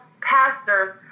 pastors